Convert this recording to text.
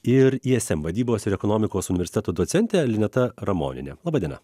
ir ism vadybos ir ekonomikos universiteto docentė lineta ramonienė laba diena